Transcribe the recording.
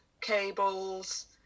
cables